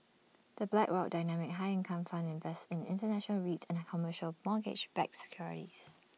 the Blackrock dynamic high income fund invests in International REITs and commercial mortgage backed securities